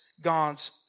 God's